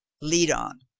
lead on!